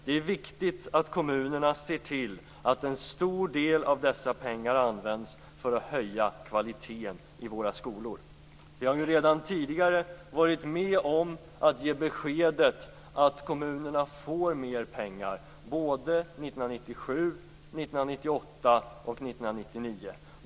Det är viktigt att kommunerna ser till att en stor del av dessa pengar används för att höja kvaliteten i våra skolor. Vi har ju redan tidigare varit med om att ge beskedet att kommunerna får mera pengar såväl 1997 som 1998 och 1999.